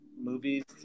movies